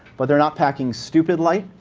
but they're not packing stupid light.